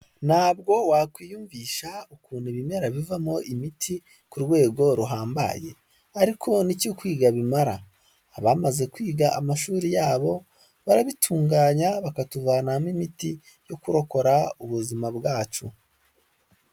Ttabwo wakwiyumvisha ukuntu ibimera bivamo imiti ku rwego ruhambaye ariko nicyo kwiga bimara, abamaze kwiga amashuri yabo barabitunganya bakatuvanamo imiti yo kurokora ubuzima bwacu.